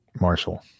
Marshall